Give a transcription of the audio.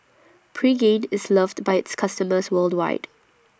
Pregain IS loved By its customers worldwide